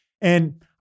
And-